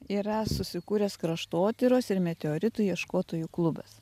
yra susikūręs kraštotyros ir meteoritų ieškotojų klubas